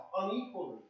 unequally